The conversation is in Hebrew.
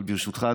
אבל ברשותך,